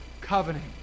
Covenant